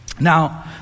Now